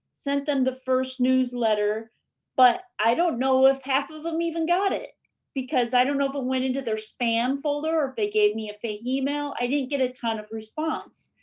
sent them the first newsletter but i don't know if half of em even got it because i don't know if it went into their spam folder, if they gave me a fake email, i didn't get a ton of response.